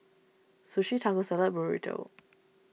Sushi Taco Salad Burrito